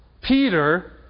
Peter